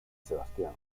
sebastián